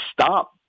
stop